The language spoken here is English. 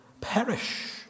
perish